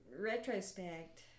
retrospect